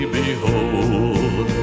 behold